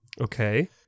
Okay